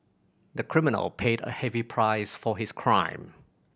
the criminal paid a heavy price for his crime